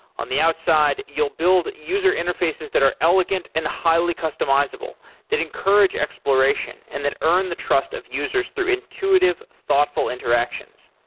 on the outside, you'll build user interfaces that are elegant and highly customizable that encourage exploration and that earn the trust of users through intuitive thoughtful interactions.